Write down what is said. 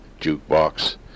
jukebox